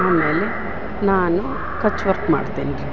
ಆಮೇಲೆ ನಾನು ಕಚ್ ವರ್ಕ್ ಮಾಡ್ತೀನ್ರಿ